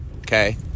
Okay